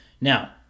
Now